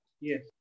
Yes